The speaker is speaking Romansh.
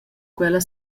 quella